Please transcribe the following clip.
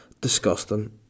disgusting